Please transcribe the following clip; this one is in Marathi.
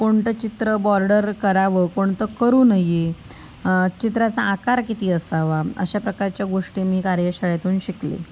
कोणतं चित्र बॉर्डर करावं कोणतं करू नये चित्राचा आकार किती असावा अशाप्रकारच्या गोष्टी मी कार्यशाळेतून शिकले